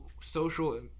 social